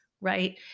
right